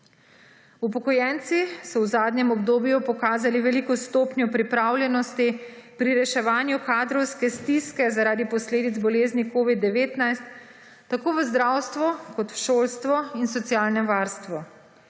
Upokojenci so v zadnjem obdobju pokazali veliko stopnjo pripravljenosti pri reševanju kadrovske stiske, zaradi posledic bolezni Covid-19 tako v zdravstvo kot v šolstvo in socialno varstvo.